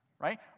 Right